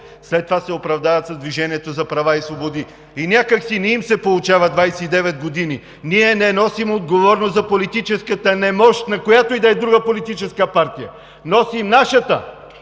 след това се оправдават с „Движение за права и свободи“. И някак си не им се получава 29 години. Ние не носим отговорност за политическата немощ, на която и да е друга политическа партия. Носим нашата.